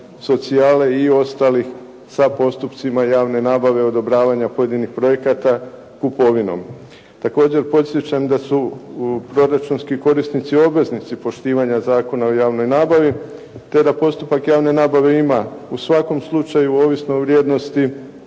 socijale i ostalih sa postupcima javne nabave, odobravanja pojedinih projekata kupovinom. Također podsjećam da su proračunski korisnici obveznici poštivanja Zakona o javnoj nabavi, te da postupak javne nabave ima u svakom slučaju ovisno o vrijednosti